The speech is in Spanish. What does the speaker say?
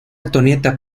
antonieta